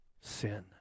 sin